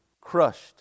crushed